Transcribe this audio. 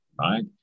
Right